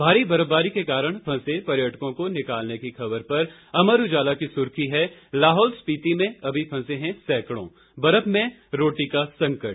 भारी बर्फबारी के कारण फंसे पर्यटकों को निकालने की खबर पर अमर उजाला की सुर्खी है लाहौल स्पीति में अभी फंसे हैं सैकड़ों बर्फ में रोटी का संकट